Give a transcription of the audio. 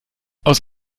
aus